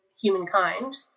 humankind